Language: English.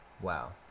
Wow